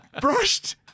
brushed